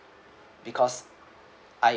because I